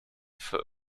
for